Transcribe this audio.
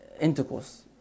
intercourse